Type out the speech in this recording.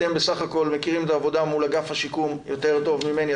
אתם בסך הכול מכירים את העבודה מול אגף השיקום יותר טוב ממני,